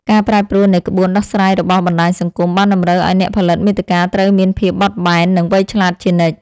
ការប្រែប្រួលនៃក្បួនដោះស្រាយរបស់បណ្តាញសង្គមបានតម្រូវឱ្យអ្នកផលិតមាតិកាត្រូវមានភាពបត់បែននិងវៃឆ្លាតជានិច្ច។